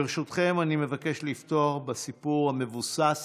ברשותכם, אני מבקש לפתוח בסיפור המבוסס